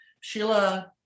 Sheila